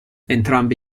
entrambi